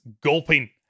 gulping